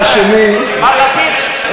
מר לפיד,